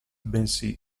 bensì